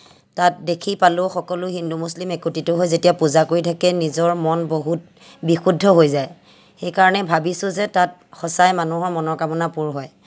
তাত দেখি পালোঁ সকলো হিন্দু মুছলিম একত্ৰিত হৈ যেতিয়া পূজা কৰি থাকে নিজৰ মন বহুত বিশুদ্ধ হৈ যায় সেইকাৰণে ভাবিছোঁ যে তাত সঁচাই মানুহৰ মনৰ কামনা পূৰ হয়